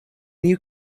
new